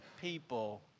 people